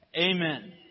amen